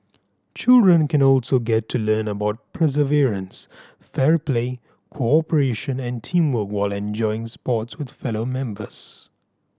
children can also get to learn about perseverance fair play cooperation and teamwork while enjoying sports with fellow members